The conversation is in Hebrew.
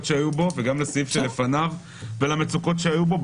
שהיו בו וגם לסעיף שלפניו ולמצוקות שהיו בו.